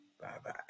bye-bye